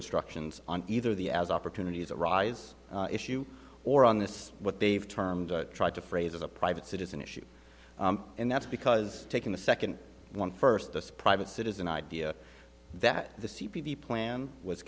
instructions on either the as opportunities arise issue or on this what they've termed tried to phrase as a private citizen issue and that's because taking the second one first the private citizen idea that the c p b plan was